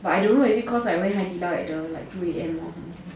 but I don't know is it cause I went 海底捞 at the like two A_M or something